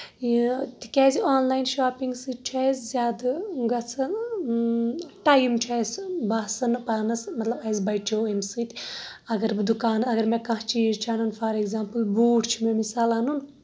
یہِ تِکیازِ online shopping سۭتۍ چھےٚ اَسہِ زیادٕ گژھان ٹایم چھُ اَسہِ باسان پانَس مطلب اسہِ بچیو اَمہِ سۭتۍ اَگر بہٕ دُکان اَگر مےٚ کانٛہہ چیٖز چھُ اَنُن فار ایٚگزامپُل بوٗٹھ چھُ مےٚ مِثال اَنُن